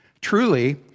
Truly